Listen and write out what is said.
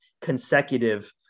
consecutive